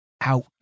out